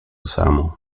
samo